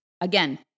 Again